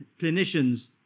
clinicians